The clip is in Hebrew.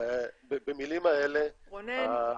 במילים האלה --- רונן.